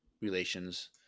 relations